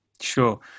Sure